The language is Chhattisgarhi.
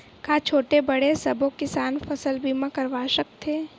का छोटे बड़े सबो किसान फसल बीमा करवा सकथे?